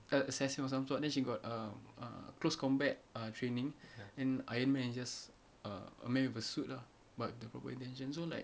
uh assassin or some sort then she got um err close combat err training and iron man is just err a man with a suit lah but the proper intentions so like